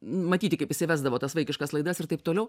matyti kaip jisai vesdavo tas vaikiškas laidas ir taip toliau